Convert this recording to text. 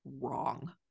wrong